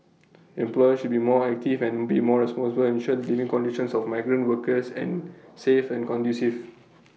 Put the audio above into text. employers should be more active and be more responsible ensure the living conditions of migrant workers and safe and conducive